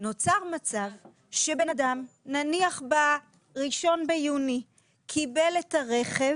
נוצר מצב שבן אדם נניח ב-1.6 קיבל את הרכב,